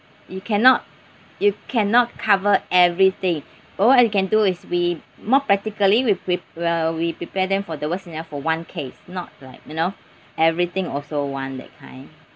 you cannot you cannot cover everything all you can do is we more practically we prep~ uh we prepare them for the worst scenario for one case not like you know everything also want that kind